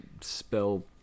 spell